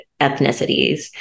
ethnicities